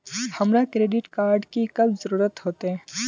हमरा credit card की कब जरूरत होते?